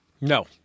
No